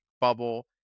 bubble